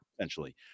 essentially